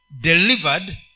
delivered